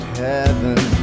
heaven